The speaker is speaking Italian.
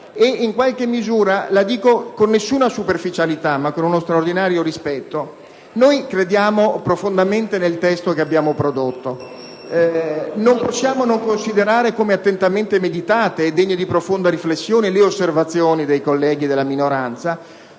In qualche misura, con nessuna superficialità ma con uno straordinario rispetto, ribadisco che crediamo profondamente nel testo prodotto. Non possiamo non considerare come attentamente meditate e degne di profonda riflessione le osservazioni dei colleghi di minoranza.